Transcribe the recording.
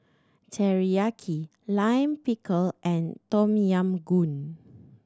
Teriyaki Lime Pickle and Tom Yam Goong